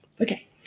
Okay